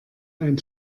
ein